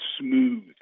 smooth